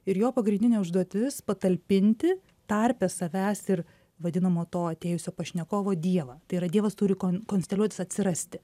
ir jo pagrindinė užduotis patalpinti tarpe savęs ir vadinamo to atėjusio pašnekovo dievą tai yra dievas turi kon konsteliuotis atsirasti